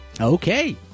Okay